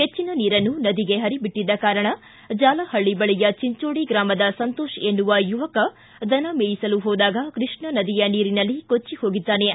ಹೆಚ್ಚನ ನೀರನ್ನು ನದಿಗೆ ಹರಿಬಿಟ್ಟದ್ದ ಕಾರಣ ಜಾಲಹಳ್ಳ ಬಳಿಯ ಚಿಂಚೋಡಿ ಗ್ರಾಮದ ಸಂತೋಷ ಎನ್ನುವ ಯುವಕ ದನ ಮೇಯಿಸಲು ಹೋದಾಗ ಕೃಷ್ಣಾ ನದಿಯ ನೀರಿನಲ್ಲಿ ಕೊಚ್ಡಿ ಹೋಗಿದ್ದಾನೆ